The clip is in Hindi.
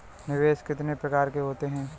निवेश कितने प्रकार के होते हैं?